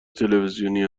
تلویزیونی